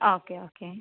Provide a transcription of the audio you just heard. okay okay